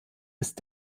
ist